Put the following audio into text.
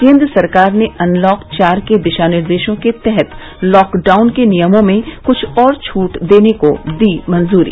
केंद्र सरकार ने अनलॉक चार के दिशा निर्देशों के तहत लॉकडाउन के नियमों में क्छ और छूट को दी मंजूरी